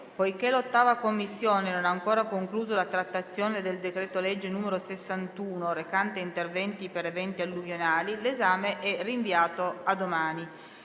poiché l'8a Commissione non ha ancora concluso la trattazione del decreto-legge n. 61, recante interventi per eventi alluvionali, il suo esame è rinviato a domani.